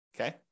Okay